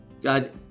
God